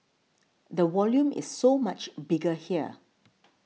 the volume is so much bigger here